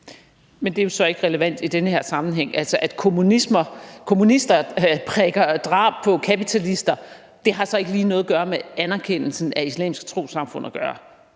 Men det er jo så ikke relevant i den her sammenhæng. Altså, at kommunister prædiker drab på kapitalister har så ikke lige noget med anerkendelsen af islamiske trossamfund at gøre.